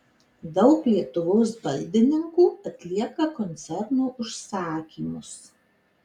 daug lietuvos baldininkų atlieka koncerno užsakymus